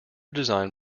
design